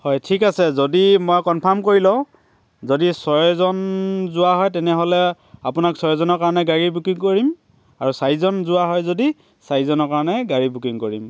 হয় ঠিক আছে যদি মই কনফাৰ্ম কৰি লওঁ যদি ছয়জন যোৱা হয় তেনেহ'লে আপোনাক ছয়জনৰ কাৰণে গাড়ী বিক্ৰী কৰিম আৰু চাৰিজন যোৱা হয় যদি চাৰিজনৰ কাৰণে গাড়ী বুকিং কৰিম